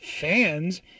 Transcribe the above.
fans